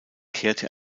kehrte